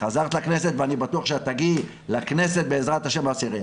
שחזרת לכנסת ואני בטוח שתגיעי לכנסת בעשיריה.